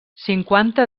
cinquanta